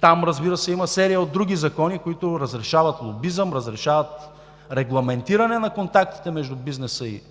Там, разбира се, има серия от други закони, които разрешават лобизъм, разрешават регламентиране на контактите между бизнеса и политиката,